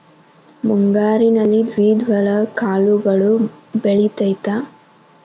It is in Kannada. ಮುಂಗಾರಿನಲ್ಲಿ ದ್ವಿದಳ ಕಾಳುಗಳು ಬೆಳೆತೈತಾ?